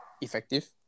effective